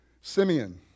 Simeon